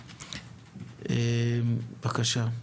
בבקשה.